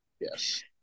Yes